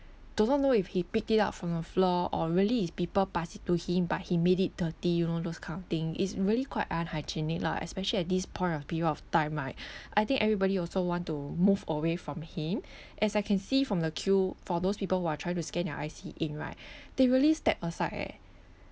do not know if he picked it up from the floor or really is people pass it to him but he made it dirty you know those kind of thing it's really quite unhygienic lah especially at this point of period of time right I think everybody also want to move away from him as I can see from the queue for those people who are trying to scan their I_C in right they really stepped aside eh